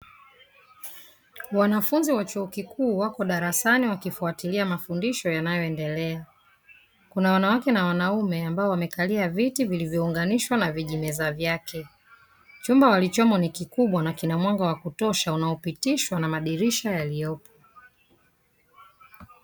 Wanafunzi wa chuo kikuu wako darasani, wakifuatilia mafundisho yanayo endelea. Kuna wanawake na wanaume ambao wamekalia viti vilivyounganishwa na vijimeza vyake. Chumba walichomo ni kikubwa na kina mwanga wa kutosha unaopitishwa na madirisha yaliyopo.